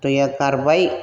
दैया गारबाय